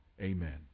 Amen